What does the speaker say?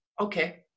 okay